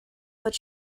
but